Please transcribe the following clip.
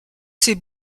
ces